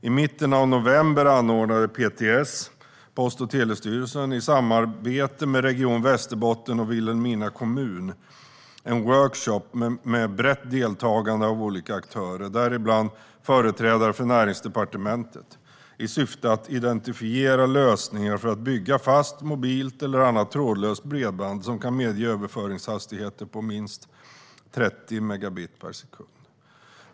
I mitten av november anordnade PTS, Post och telestyrelsen, i samarbete med Region Västerbotten och Vilhelmina kommun, en workshop med brett deltagande av olika aktörer, däribland företrädare för Näringsdepartementet, i syfte att identifiera lösningar för att bygga fast, mobilt eller annat trådlöst bredband som kan medge överföringshastigheter på minst 30 megabit per sekund.